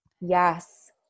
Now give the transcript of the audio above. Yes